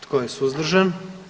Tko je suzdržan?